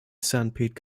sanpete